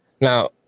now